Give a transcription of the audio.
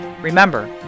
Remember